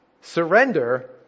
surrender